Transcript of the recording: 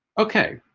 okay